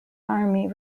army